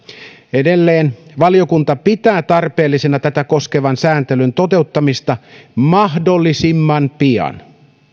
edelleen valiokunta pitää tarpeellisena tätä koskevan sääntelyn toteuttamista mahdollisimman pian